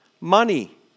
money